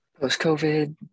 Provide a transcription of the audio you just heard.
post-COVID